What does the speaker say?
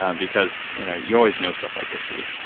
um because you know you always know stuff like this, steve.